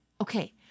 Okay